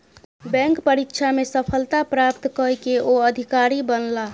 bank परीक्षा में सफलता प्राप्त कय के ओ अधिकारी बनला